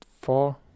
four